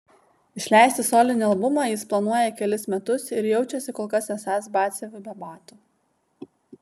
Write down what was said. išleisti solinį albumą jis planuoja kelis metus ir jaučiasi kol kas esąs batsiuviu be batų